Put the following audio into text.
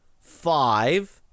five